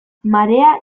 marea